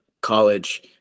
college